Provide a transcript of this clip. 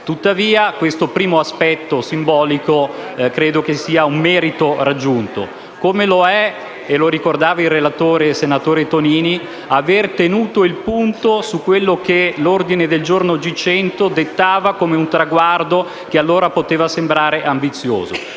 Tuttavia questo primo aspetto simbolico credo sia un merito raggiunto, come lo è - lo ricordava il senatore Tonini - aver tenuto il punto su quello che l'ordine del giorno G100 dettava come un traguardo che allora poteva sembrare ambizioso.